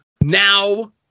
now